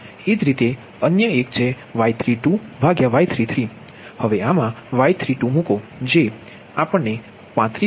એ જ રીતે અન્ય એક છે Y32Y33ને Y32 મૂકો જે 35